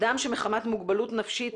אדם שמחמת מוגבלות נפשית,